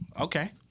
Okay